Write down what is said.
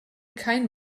kein